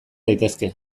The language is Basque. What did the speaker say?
daitezke